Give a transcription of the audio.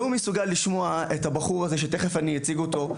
לא מסוגל לשמוע את הבחור הזה שתכף אני אציג אותו.